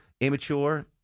immature